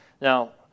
Now